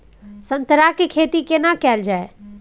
संतरा के खेती केना कैल जाय?